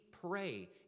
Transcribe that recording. pray